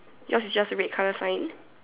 yours is just a red colour sign